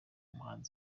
umuhanzi